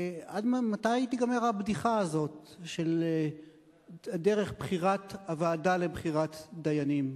מתי תיגמר הבדיחה הזאת של דרך בחירת הוועדה לבחירת דיינים?